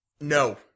No